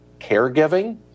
caregiving